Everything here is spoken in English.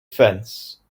fence